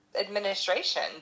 administration